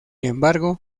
embargo